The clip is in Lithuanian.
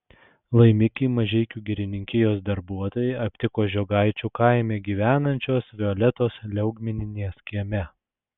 laimikį mažeikių girininkijos darbuotojai aptiko žiogaičių kaime gyvenančios violetos liaugminienės kieme